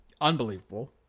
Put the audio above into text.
Unbelievable